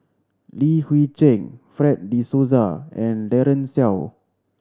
Li Hui Cheng Fred De Souza and Daren Shiau